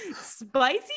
Spicy